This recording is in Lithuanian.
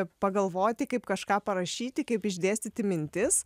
pagalvoti kaip kažką parašyti kaip išdėstyti mintis